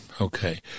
Okay